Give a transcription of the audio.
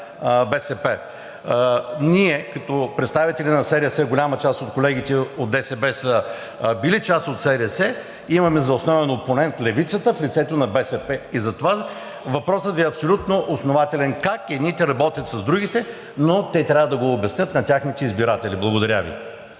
БСП. Ние като представители на СДС, голяма част от колегите от ДСБ са били част от СДС, имаме за основен опонент левицата в лицето на БСП. Затова въпросът Ви е абсолютно основателен: как едните работят с другите, но те трябва да го обяснят на техните избиратели. Благодаря Ви.